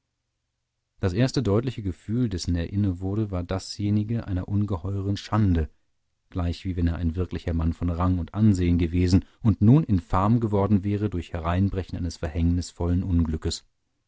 das erste deutliche gefühl dessen er innewurde war dasjenige einer ungeheuren schande gleichwie wenn er ein wirklicher mann von rang und ansehen gewesen und nun infam geworden wäre durch hereinbrechen irgendeines verhängnisvollen unglückes